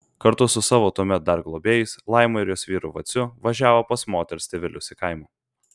kartu su savo tuomet dar globėjais laima ir jos vyru vaciu važiavo pas moters tėvelius į kaimą